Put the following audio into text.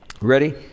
Ready